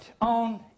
on